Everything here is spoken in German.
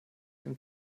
dem